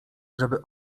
żeby